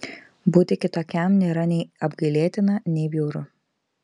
būti kitokiam nėra nei apgailėtina nei bjauru